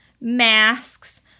masks